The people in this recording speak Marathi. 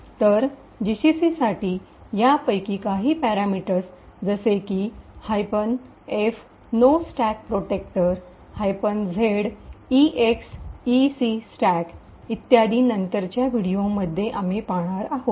तर जीसीसीसाठी या पैकी काही पॅरामीटर्स जसे की -f no stack protector z E X E C stack इत्यादी नंतरच्या व्हिडिओमध्ये आम्ही पाहणार आहोत